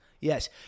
Yes